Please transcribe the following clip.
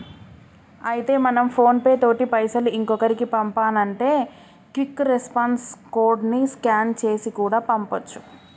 అయితే మనం PhonePe తోటి పైసలు ఇంకొకరికి పంపానంటే క్విక్ రెస్పాన్స్ కోడ్ ని స్కాన్ చేసి కూడా పంపొచ్చు